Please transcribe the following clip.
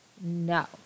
No